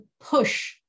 Push